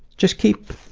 just keep,